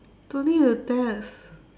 don't need to test